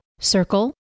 Circle